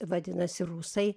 vadinasi rusai